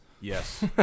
Yes